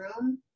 room